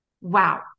wow